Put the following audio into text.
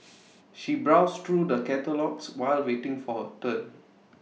she browsed through the catalogues while waiting for turn